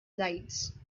lights